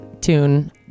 tune